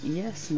yes